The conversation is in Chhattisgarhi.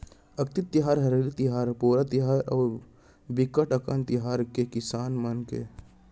अक्ति तिहार, हरेली तिहार, पोरा तिहार अउ बिकट अकन तिहार हे किसान मन के